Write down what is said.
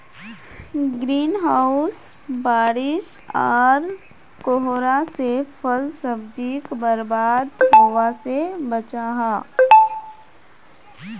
green house बारिश आर कोहरा से फल सब्जिक बर्बाद होवा से बचाहा